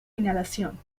inhalación